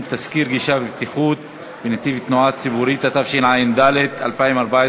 חשיפת תנאי העבודה בין עובדים),